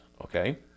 okay